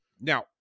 Now